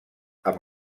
amb